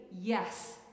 yes